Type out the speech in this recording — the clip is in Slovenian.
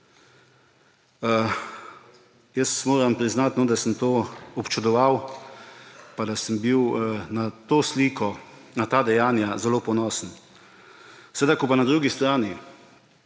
Jaz moram priznati, da sem to občudoval pa da sem bil na to sliko, na ta dejanja zelo ponosen. Ko pa na drugi strani